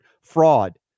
fraud